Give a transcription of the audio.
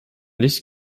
nicht